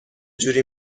جوری